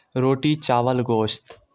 روٹی چاول گوشت